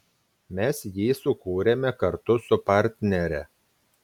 mes jį sukūrėme kartu su partnere